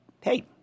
hey